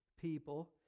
people